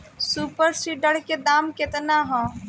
Super seeder के दाम केतना ह?